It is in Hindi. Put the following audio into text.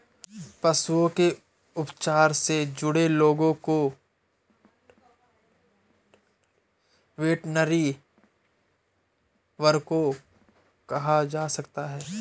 पशुओं के उपचार से जुड़े लोगों को वेटरनरी वर्कर कहा जा सकता है